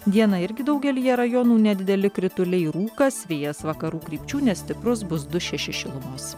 dieną irgi daugelyje rajonų nedideli krituliai rūkas vėjas vakarų krypčių nestiprus bus du šeši šilumos